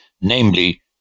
Namely